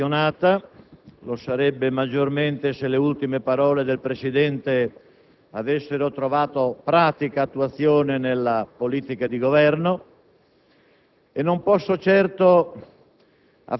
la mia è una fiducia non incondizionata; lo sarebbe maggiormente se le ultime parole del Presidente avessero trovato pratica attuazione nella politica di Governo.